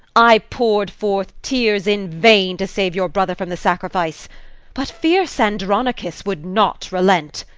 i pour'd forth tears in vain to save your brother from the sacrifice but fierce andronicus would not relent.